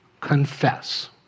Confess